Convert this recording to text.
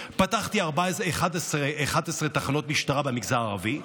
פתחתי 11 תחנות משטרה במגזר הערבי.